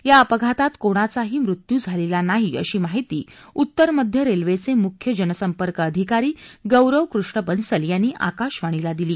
या अपघातात कोणाचाही मृत्यू झालेला नाही अशी माहिती उत्तर मध्य रेल्वेचे मुख्य जनसंपर्क अधिकारी गौरव कृष्ण बन्सल यांनी आकाशवाणीला दिली